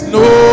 no